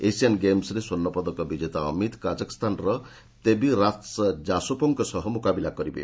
Asian ଗେମ୍ସରେ ସ୍ୱର୍ଷ୍ଣପଦକ ବିଜେତା ଅମିତ୍ କାଜାଖ୍ସ୍ଥାନର ତେବିରାତ୍ସ ଜୋସୋପୋଙ୍କ ସହ ମୁକାବିଲା କରିବେ